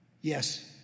Yes